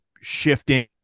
shifting